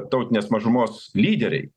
tautinės mažumos lyderiai